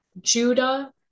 Judah